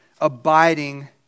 abiding